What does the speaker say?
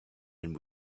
and